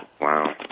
Wow